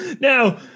Now